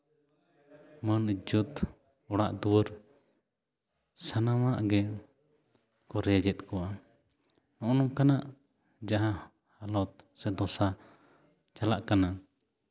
ᱢᱟᱹᱱ ᱤᱡᱡᱚᱛ ᱚᱲᱟᱜ ᱫᱩᱣᱟᱹᱨ ᱥᱟᱱᱟᱢᱟᱜ ᱜᱮ ᱠᱚ ᱨᱮᱡ ᱮᱫ ᱠᱚᱣᱟ ᱱᱚᱜᱼᱚ ᱱᱚᱝᱠᱟᱱᱟᱜ ᱡᱟᱦᱟᱸ ᱦᱟᱞᱚᱛ ᱥᱮ ᱫᱚᱥᱟ ᱪᱟᱞᱟᱜ ᱠᱟᱱᱟ